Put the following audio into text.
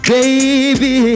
Baby